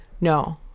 No